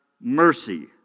mercy